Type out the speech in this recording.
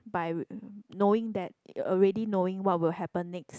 by knowing that already knowing what will happen next